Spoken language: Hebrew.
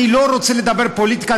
אני לא רוצה לדבר פוליטיקה,